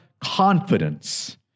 confidence